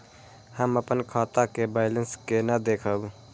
हम अपन खाता के बैलेंस केना देखब?